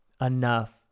enough